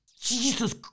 Jesus